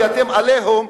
כי אתם עושים "עליהום"